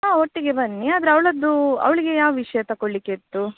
ಹಾಂ ಒಟ್ಟಿಗೆ ಬನ್ನಿ ಆದರೆ ಅವಳದ್ದು ಅವಳಿಗೆ ಯಾವ ವಿಷಯ ತಕೊಳ್ಲಿಕ್ಕೆ ಇತ್ತು